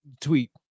tweet